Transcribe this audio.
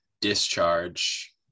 discharge